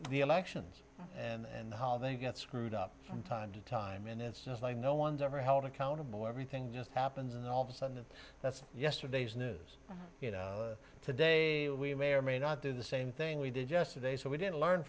the elections and how they get screwed up from time to time and it's just like no one's ever held accountable everything just happens and all of a sudden that's yesterday's news today we may or may not do the same thing we did yesterday so we didn't learn